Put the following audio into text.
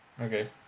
Okay